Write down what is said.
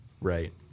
Right